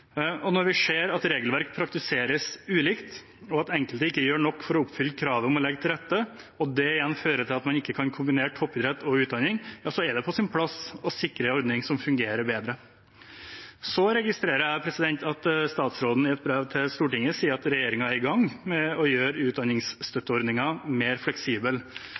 behov. Når vi ser at regelverk praktiseres ulikt, at enkelte ikke gjør nok for å oppfylle kravet om å legge til rette, og det igjen fører til at man ikke kan kombinere toppidrett og utdanning, er det på sin plass å sikre en ordning som fungerer bedre. Jeg registrerer at statsråden i et brev til Stortinget sier at regjeringen er i gang med å gjøre utdanningsstøtteordningen mer fleksibel.